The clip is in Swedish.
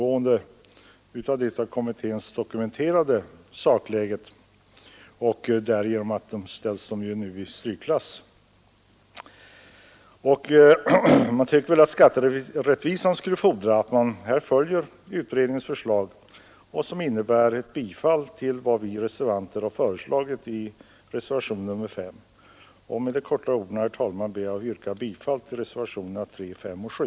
Genom att gå ifrån det av kommittén dokumenterade sakläget ställer man ju dem i strykklass. Jag tycker att skatterättvisan fordrar att riksdagen följer utredningens förslag, som alltså överensstämmer med vad vi reservanter hemställt i reservationen 5. Herr talman! Med dessa ord yrkar jag bifall till reservationerna 3, 5 och 7.